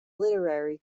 literary